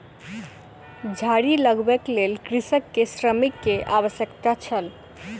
झाड़ी लगबैक लेल कृषक के श्रमिक के आवश्यकता छल